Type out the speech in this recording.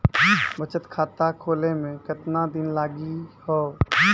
बचत खाता खोले मे केतना दिन लागि हो?